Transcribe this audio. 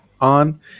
on